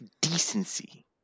decency